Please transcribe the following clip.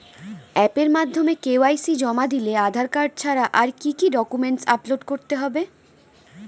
অ্যাপের মাধ্যমে কে.ওয়াই.সি জমা দিলে আধার কার্ড ছাড়া আর কি কি ডকুমেন্টস আপলোড করতে হবে?